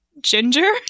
Ginger